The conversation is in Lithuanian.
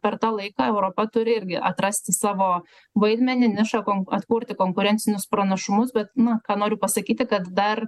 per tą laiką europa turi irgi atrasti savo vaidmenį nišą kon atkurti konkurencinius pranašumus bet na ką noriu pasakyti kad dar